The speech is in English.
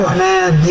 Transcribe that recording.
man